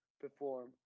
perform